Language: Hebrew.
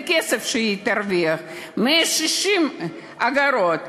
מהכסף שהיא תרוויח, מ-60 האגורות,